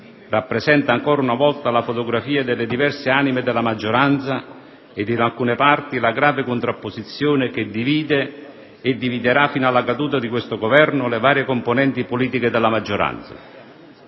rappresenta ancora una volta la fotografia delle diverse anime della maggioranza e, in alcune parti, la grave contrapposizione che divide e dividerà fino alla caduta di questo Governo le varie componenti politiche della maggioranza.